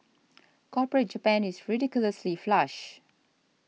corporate Japan is ridiculously flush